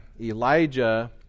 Elijah